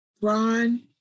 Ron